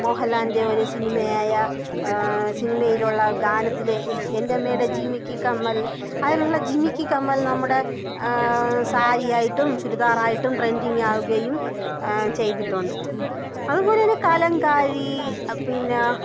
മോഹൻലാലിൻ്റെ ഒരു സിനിമ ആയ സിനിമയിൽ ഉള്ള ഗാനത്തിലെ എൻ്റമ്മേടെ ജിമിക്കി കമ്മൽ അതിലുള്ള ജിമിക്കി കമ്മൽ നമ്മുടെ സാരി ആയിട്ടും ചുരിദാർ ആയിട്ടും ട്രെൻഡിങ് ആവുകയും ചെയ്തിട്ടുണ്ട് അതുപോലെ തന്നെ കലങ്കാരി പിന്നെ